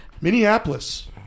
Minneapolis